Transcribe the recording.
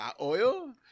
Oil